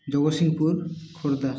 Jagatsinghpur Khordha